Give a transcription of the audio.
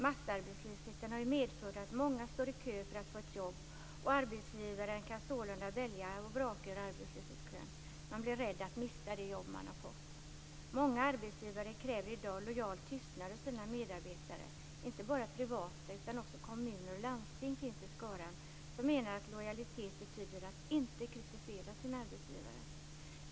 Massarbetslösheten har medfört att många står i kö för att få ett jobb, och arbetsgivaren kan sålunda välja och vraka ur arbetslöshetskön. Man blir rädd att mista det jobb man har fått. Många arbetsgivare kräver i dag lojal tystnad av sina medarbetare. Inte bara privata arbetsgivare, utan också kommuner och landsting finns i skaran som menar att lojalitet betyder att inte kritisera sin arbetsgivare.